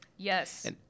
Yes